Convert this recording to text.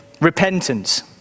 repentance